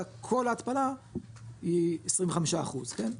וכל ההתפלה היא 25% כן,